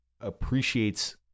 appreciates